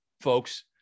folks